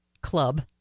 club